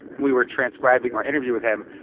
we were transcribing our interview with him.